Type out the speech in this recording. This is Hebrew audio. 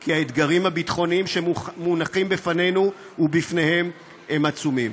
כי האתגרים הביטחוניים שמונחים בפנינו ובפניהם הם עצומים.